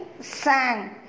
sang